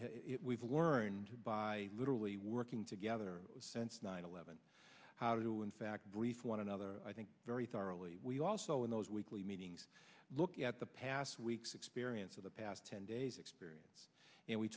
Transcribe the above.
we've learned by literally working together since nine eleven how to in fact brief one another i think very thoroughly we also in those weekly meetings look at the past week's experience of the past ten days experience and we